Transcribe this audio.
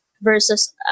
versus